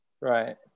Right